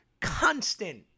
constant